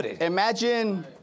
Imagine